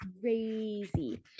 crazy